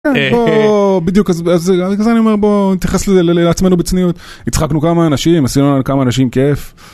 בואו, בדיוק, אז אני אומר בואו נתייחס לעצמנו בצניעות. הצחקנו כמה אנשים, עשינו לכמה אנשים כיף.